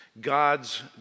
God's